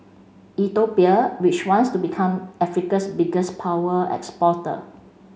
Ethiopia which wants to become Africa's biggest power exporter